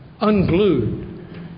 unglued